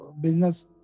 business